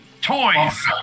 Toys